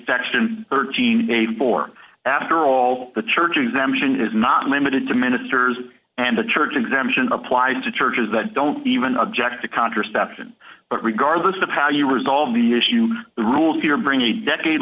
section thirteen gave for after all the church exemption is not limited to ministers and the church exemption applies to churches that don't even object to contraception but regardless of how you resolve the issue the rules here bring a decade